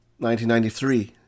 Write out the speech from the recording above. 1993